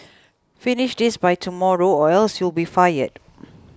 finish this by tomorrow or else you'll be fired